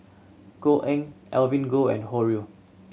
Koh Eng Evelyn Goh and Ho Rui